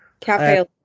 Cafe